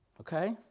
okay